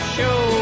show